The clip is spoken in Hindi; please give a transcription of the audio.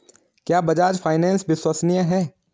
क्या बजाज फाइनेंस विश्वसनीय है?